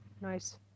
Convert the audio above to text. nice